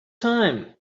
time